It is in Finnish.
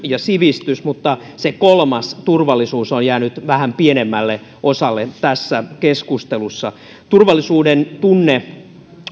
ja sivistys mutta se kolmas turvallisuus on jäänyt vähän pienemmälle osalle tässä keskustelussa turvallisuuden tunne